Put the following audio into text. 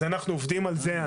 אנחנו עובדים על זה,